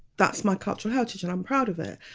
that's my cultural heritage and i'm proud of it.